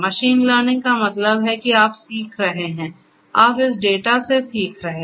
machine learning का मतलब है कि आप सीख रहे हैं आप इस डेटा से सीख रहे हैं